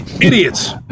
Idiots